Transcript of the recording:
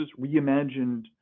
reimagined